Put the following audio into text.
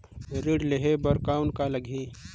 ऋण लेहे बर कौन का लगही?